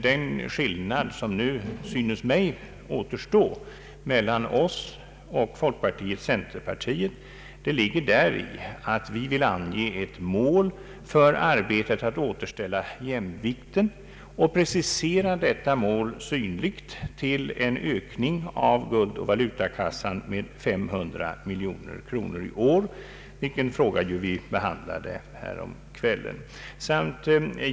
Den skillnad som nu synes mig återstå mellan oss samt folkpartiet och centerpartiet ligger däri, att vi vill ange ett mål för arbetet på att återställa jämvikten och precisera detta mål synligt till en ökning av guldoch valutakassan med 500 miljoner kronor i år, vilken fråga vi ju behandlade häromkvällen.